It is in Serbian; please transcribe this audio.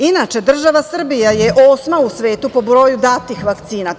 Inače, država Srbija je osma u svetu po broju datih vakcina.